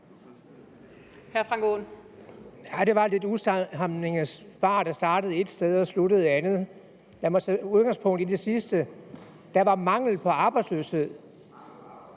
Det var et lidt usammenhængende svar, der startede et sted og sluttede et andet. Lad mig tage udgangspunkt i det sidste. Der blev sagt mangel på arbejdsløshed.